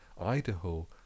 Idaho